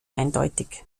eindeutig